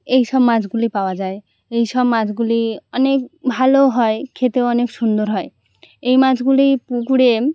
এই সব মাছগুলি পাওয়া যায় এই সব মাছগুলি অনেক ভালো হয় খেতেও অনেক সুন্দর হয় এই মাছগুলি পুকুরে